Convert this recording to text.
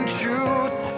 truth